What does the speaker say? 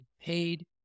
paid